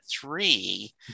three